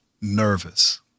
nervous